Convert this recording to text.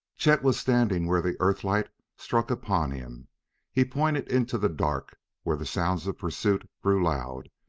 chet was standing where the earth-light struck upon him he pointed into the dark where the sounds of pursuit grew loud,